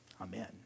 Amen